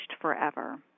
forever